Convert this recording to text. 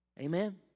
Amen